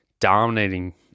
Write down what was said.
dominating